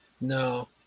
No